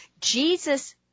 Jesus